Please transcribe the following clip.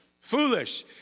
foolish